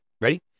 ready